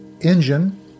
engine